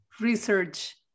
research